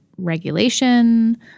Regulation